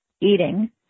eating